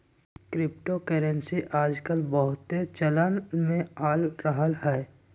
crypto currency याजकाल बहुते चलन में आ रहल हइ